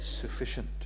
sufficient